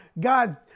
God